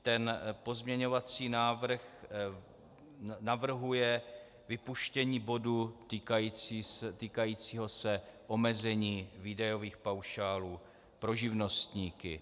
Tento pozměňovací návrh navrhuje vypuštění bodu týkajícího se omezení výdajových paušálů pro živnostníky.